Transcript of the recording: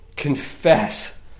confess